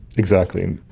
exactly.